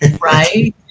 Right